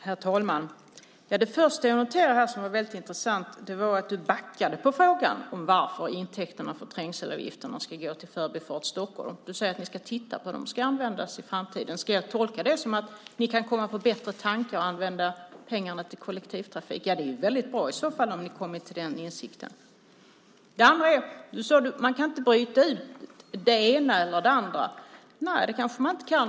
Herr talman! Det första jag noterade som var väldigt intressant var att du backade i frågan varför intäkterna från trängselavgifterna ska gå till Förbifart Stockholm. Du säger att ni ska titta på hur de ska användas i framtiden. Ska jag tolka det som att ni kan komma på bättre tankar och använda pengarna till kollektivtrafik? Det är i så fall väldigt bra om ni kommit till den insikten. Det andra är att du sade att man inte kan bryta ut den ena eller det andra. Nej, det kanske man inte kan.